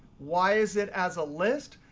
why is it as a list?